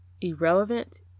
irrelevant